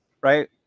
Right